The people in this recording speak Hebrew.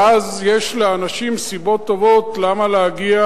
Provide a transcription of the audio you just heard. ואז יש לאנשים סיבות טובות למה להגיע